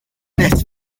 this